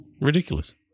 Ridiculous